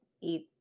eat